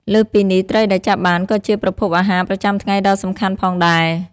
លើសពីនេះ ត្រីដែលចាប់បានក៏ជាប្រភពអាហារប្រចាំថ្ងៃដ៏សំខាន់ផងដែរ។